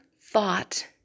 thought